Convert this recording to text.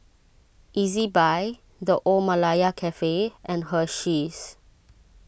Ezbuy the Old Malaya Cafe and Hersheys